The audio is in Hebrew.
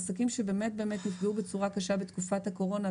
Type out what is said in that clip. עסקים שבאמת נפגעו בצורה קשה בתקופת הקורונה,